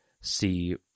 see